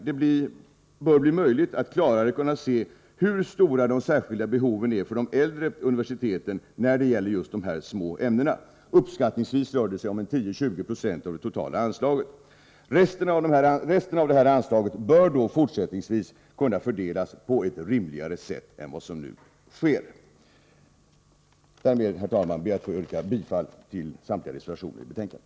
Det bör bli möjligt att klarare se hur stora de särskilda behoven är för de äldre universiteten när det gäller just de här små ämnena. Uppskattningsvis rör det sig om 10 å 20 2 av det totala anslaget. Resten av det här anslaget bör då fortsättningsvis kunna fördelas på ett rimligare sätt än vad som nu sker. Därmed, herr talman, ber jag än en gång att få yrka bifall till samtliga reservationer i betänkandet.